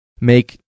make